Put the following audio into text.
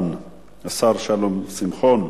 השר שלום שמחון,